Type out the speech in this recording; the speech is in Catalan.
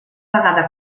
vegada